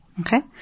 Okay